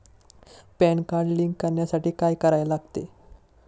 Pan card link करण्यासाठी काय करायला लागते?